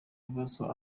bibazo